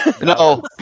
No